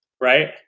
right